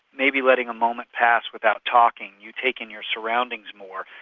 maybe letting a moment pass without talking, you take in your surroundings more.